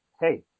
hey